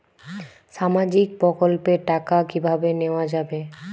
সামাজিক প্রকল্পের টাকা কিভাবে নেওয়া যাবে?